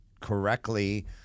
correctly